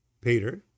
Peter